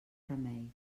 remei